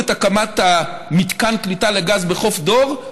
כשדחו את הקמת מתקן הקליטה לגז בחוף דור.